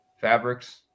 Fabrics